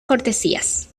cortesías